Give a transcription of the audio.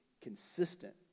consistent